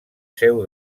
seu